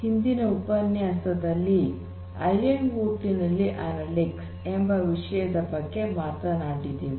ಹಿಂದಿನ ಉಪನ್ಯಾಸದಲ್ಲಿ I I O T ನಲ್ಲಿ ಅನಲಿಟಿಕ್ಸ್ ಎಂಬ ವಿಷಯದ ಬಗ್ಗೆ ಮಾತನಾಡಿದೆವು